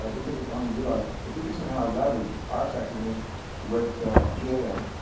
um didn't take as long to realize, if we could somehow leverage our effectiveness with gao,